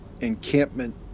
encampment